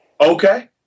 okay